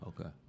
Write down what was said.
Okay